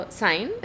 sign